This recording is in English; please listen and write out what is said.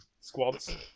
squads